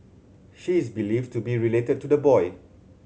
she is believed to be related to the boy